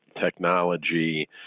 technology